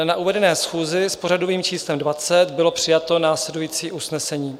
Na uvedené schůzi s pořadovým číslem 20 bylo přijato následující usnesení: